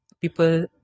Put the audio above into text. people